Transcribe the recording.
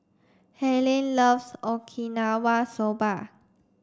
Harlene loves Okinawa Soba